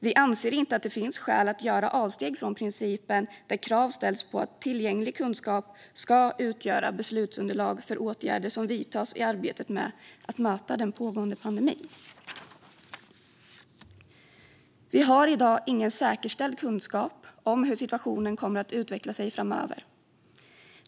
Vi anser inte att det finns skäl att göra avsteg från principen om att ställa krav på att tillgänglig kunskap ska utgöra beslutsunderlag för åtgärder som vidtas för att möta den pågående pandemin. Vi har i dag ingen säkerställd kunskap om hur situationen kommer att utveckla sig framöver.